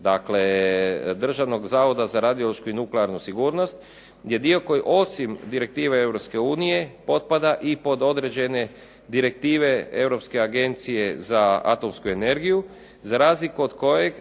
dio Državnog zavoda za radiološku i nuklearnu sigurnost je dio koji osim direktive Europske unije potpada i pod određene direktive Europske agencije za atomsku energiju za razliku od kojeg